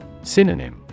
Synonym